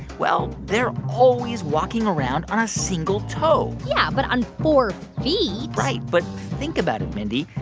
well, they're always walking around on a single toe yeah, but on four feet right. but think about it, mindy.